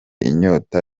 inyota